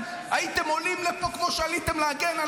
הייתם עולים לפה כמו שעליתם להגן על